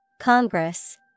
congress